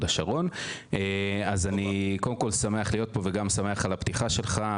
אני קודם כל שמח להיות פה וגם שמח על הפתיחה שלך,